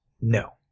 No